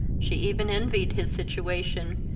she even envied his situation,